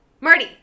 Marty